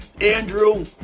Andrew